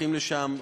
הולכים לשם,